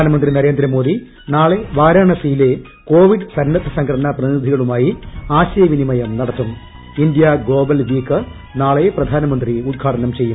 പ്രധാനമന്ത്രി നരേന്ദ്രമോദി നാളെ വാരാണസിയിലെ ന് കോവിഡ് സന്നദ്ധ സംഘടനാ പ്രതിനിധികളുമായി ആശയവിനിമയം നടത്തും ഇന്ത്യാ ഗ്ലോബൽ വീക്ക് നാളെ പ്രധാനമന്ത്രി ഉദ്ഘാടനം ചെയ്യും